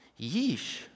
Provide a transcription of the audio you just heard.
yeesh